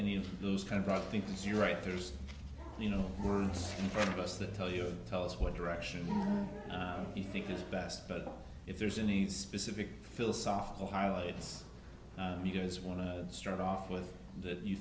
any of those kind of broad think yes you're right there's you know one of us that tell you tell us what direction you think is best but if there's any specific philosophical highlights you guys want to start off with that you